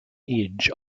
edge